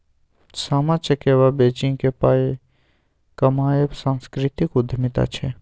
सामा चकेबा बेचिकेँ पाय कमायब सांस्कृतिक उद्यमिता छै